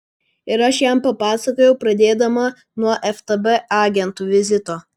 ir aš jam papasakojau pradėdama nuo ftb agentų vizito